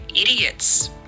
idiots